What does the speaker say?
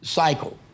cycle